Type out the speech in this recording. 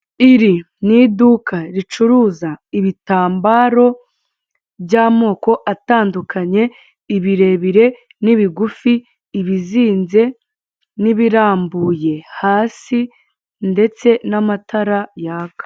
Iri ni iduka ricuruza ibitambaro by'amoko atandukanye, ibirebire n'ibigufi, ibizinze n'ibirambuye, hasi ndetse n'amatara yaka.